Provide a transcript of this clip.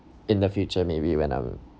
in the future maybe when I'm